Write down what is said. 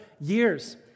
years